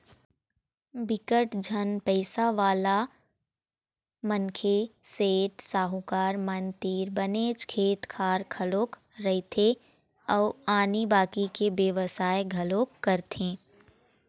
बिकट झन पइसावाला मनखे, सेठ, साहूकार मन तीर बनेच खेत खार घलोक रहिथे अउ आनी बाकी के बेवसाय घलोक करथे